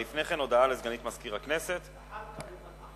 הודעה לסגנית מזכיר הכנסת, בבקשה.